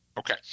Okay